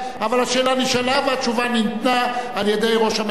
אבל השאלה נשאלה והתשובה ניתנה על-ידי ראש הממשלה,